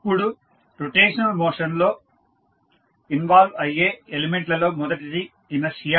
ఇప్పుడు rotational motion లో involve అయ్యే ఎలిమెంట్ లలో మొదటిది ఇనర్షియా